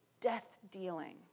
death-dealing